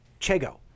Chego